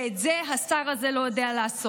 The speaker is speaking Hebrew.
ואת זה השר הזה לא יודע לעשות.